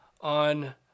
on